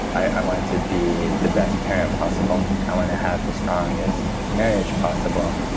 i want to be the best parent possible. i want to have the strongest marriage possible.